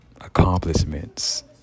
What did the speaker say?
accomplishments